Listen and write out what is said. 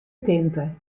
tinte